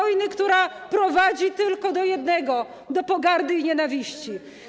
Wojny, która prowadzi tylko do jednego: do pogardy i nienawiści.